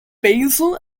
basil